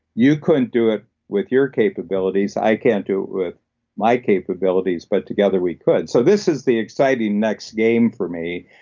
you couldn't do it with your capabilities, i can't do it with my capabilities, but together, we could. so this is the exciting next game for me.